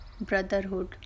brotherhood